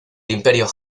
imperio